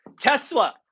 Tesla